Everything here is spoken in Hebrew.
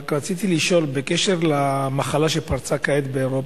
רק רציתי לשאול בקשר למחלה שהתפרצה כעת באירופה: